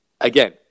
again